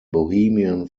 bohemian